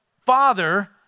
father